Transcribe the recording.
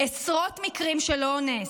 עשרות מקרים של אונס,